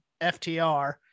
FTR